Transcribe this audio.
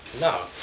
No